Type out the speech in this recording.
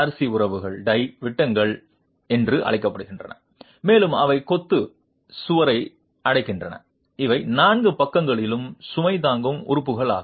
C உறவுகள் tie விட்டங்கள் என்று அழைக்கப்படுகின்றன மேலும் அவை கொத்து சுவரை அடைக்கின்றன அவை நான்கு பக்கங்களிலிருந்தும் சுமை தாங்கும் உறுப்பு ஆகும்